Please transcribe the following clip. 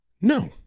No